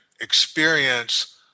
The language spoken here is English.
experience